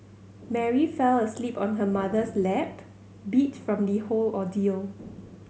Mary fell asleep on her mother's lap beat from the whole ordeal